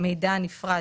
מידע נפרד,